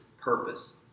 purpose